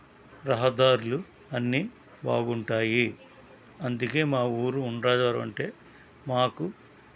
రహదారులు అన్నీ బాగుంటాయి అందుకే మా ఊరు ఉండ్రాజవరమంటే మాకు